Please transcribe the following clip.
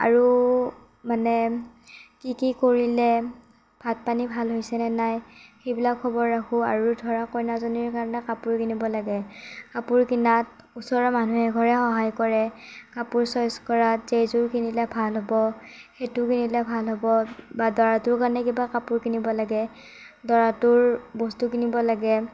আৰু মানে কি কি কৰিলে ভাত পানী ভাল হৈছেনে নাই সেইবিলাক খবৰ ৰাখোঁ আৰু ধৰা কইনাজনীৰ কাৰণে কাপোৰ কিনিব লাগে কাপোৰ কিনাত ওচৰৰ মানুহ এঘৰে সহায় কৰে কাপোৰ চইচ কৰাত যে এইযোৰ কিনিলে ভাল হ'ব সেইটো কিনিলে ভাল হ'ব বা দৰাটোৰ কাৰণে কিবা কাপোৰ কিনিব লাগে দৰাটোৰ বস্তু কিনিব লাগে